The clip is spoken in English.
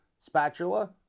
spatula